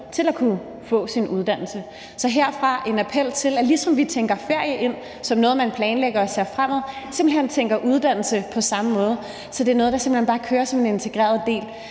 til at kunne få sin uddannelse. Så herfra er der en appel til, at man, ligesom man tænker ferie ind som noget, man planlægger og ser frem til, simpelt hen tænker uddannelse ind på samme måde, så det er noget, der bare kører som en integreret del